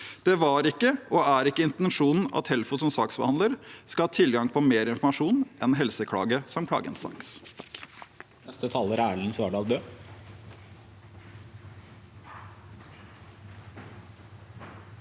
Det var ikke – og er ikke – intensjonen at Helfo som saksbehandler skal ha tilgang på mer informasjon enn Helseklage som klageinstans.